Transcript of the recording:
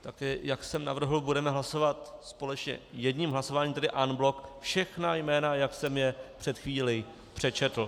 Tak jak jsem navrhl, budeme hlasovat společně jedním hlasováním, tedy en bloc, všechna jména, jak jsem je před chvílí přečetl.